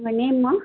உங்கள் நேம்மா